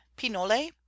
pinole